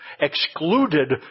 excluded